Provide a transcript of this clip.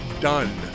done